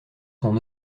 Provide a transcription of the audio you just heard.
son